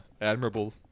admirable